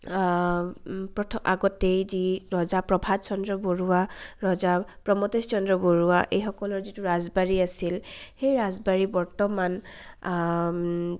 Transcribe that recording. প্ৰথ আগতে যি ৰজা প্ৰভাত চন্দ্ৰ বৰুৱা ৰজা প্ৰমোতেশ চন্দ্ৰ বৰুৱা এইসকলৰ যিটো ৰাজবাৰী আছিল সেই ৰাজবাৰী বৰ্তমান